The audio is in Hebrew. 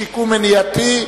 שיקום מניעתי).